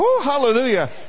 hallelujah